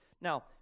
Now